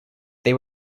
they